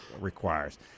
requires